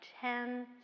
ten